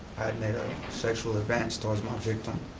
made a sexual advance towards my victim,